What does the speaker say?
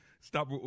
Stop